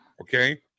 Okay